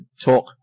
talk